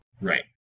Right